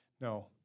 no